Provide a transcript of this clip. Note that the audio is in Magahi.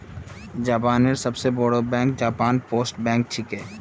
जापानेर सबस बोरो बैंक जापान पोस्ट बैंक छिके